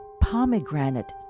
pomegranate